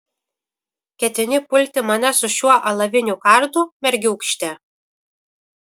ketini pulti mane su šiuo alaviniu kardu mergiūkšte